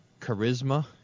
charisma